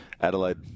Adelaide